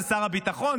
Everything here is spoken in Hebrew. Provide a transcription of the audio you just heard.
זה שר הביטחון,